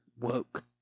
woke